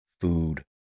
food